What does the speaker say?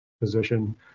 position